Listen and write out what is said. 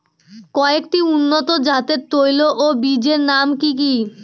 কয়েকটি উন্নত জাতের তৈল ও বীজের নাম কি কি?